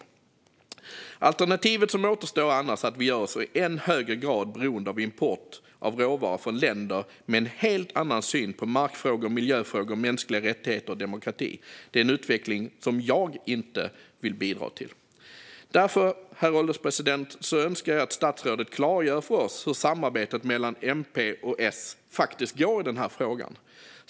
Alternativet som återstår är annars att vi gör oss i än högre grad beroende av import av råvaror från länder med en helt annan syn på markfrågor, miljöfrågor, mänskliga rättigheter och demokrati. Det är en utveckling som jag inte vill bidra till. Därför, herr ålderspresident, önskar jag att statsrådet klargör för oss hur samarbetet mellan MP och S faktiskt går i denna fråga.